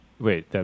Wait